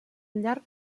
llarg